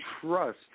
trust